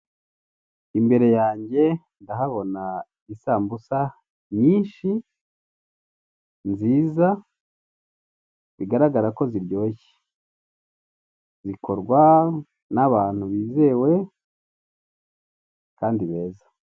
Imbere yanjye ndahabona isambusa nyinshi, nziza, bigaragara ko ziryoshye, zikorwa n'abantu bizewe kandi beza.